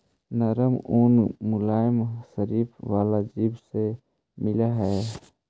नरम ऊन मुलायम शरीर वाला जीव से मिलऽ हई